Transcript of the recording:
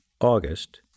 August